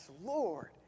Lord